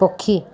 ପକ୍ଷୀ